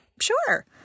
Sure